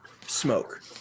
smoke